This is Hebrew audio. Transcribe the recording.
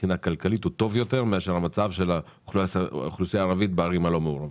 מבחינה כלכלית מאשר המצב של האוכלוסייה הערבית בערים הלא מעורבות.